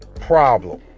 problem